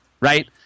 right